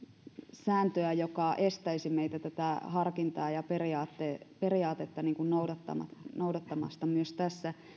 sääntöä joka estäisi meitä tätä harkintaa ja periaatetta noudattamasta noudattamasta myös tässä